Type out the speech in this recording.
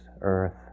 earth